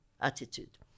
attitude